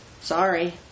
Sorry